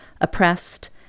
oppressed